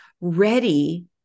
ready